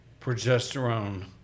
progesterone